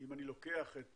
אם אני לוקח את